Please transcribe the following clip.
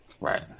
Right